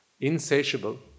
insatiable